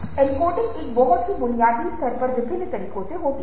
encoding एक बहुत ही बुनियादी स्तर पर विभिन्न तरीकों से होता है